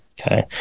okay